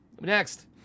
Next